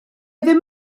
ddim